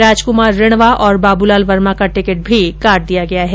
राजक्मार रिणवा और बाब्लाल वर्मा का टिकट भी काट दिया गया है